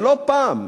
ולא פעם